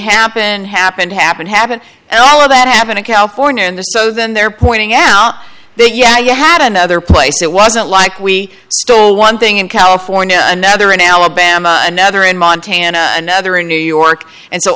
happened happened happened happened and all of that happened in california and the so then they're pointing out that yeah you had another place it wasn't like we stole one thing in california another in alabama another in montana another in new york and so